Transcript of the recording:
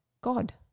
God